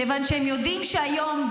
מכיוון שהם יודעים שהיום,